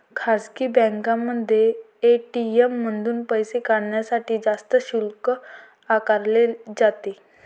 खासगी बँकांमध्ये ए.टी.एम मधून पैसे काढण्यासाठी जास्त शुल्क आकारले जाते